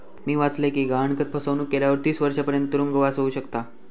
मी वाचलय कि गहाणखत फसवणुक केल्यावर तीस वर्षांपर्यंत तुरुंगवास होउ शकता